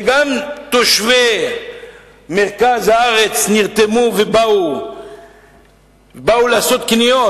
גם כשתושבי מרכז הארץ נרתמו ובאו לעשות קניות,